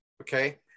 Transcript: okay